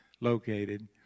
located